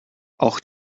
auch